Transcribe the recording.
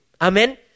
Amen